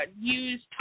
use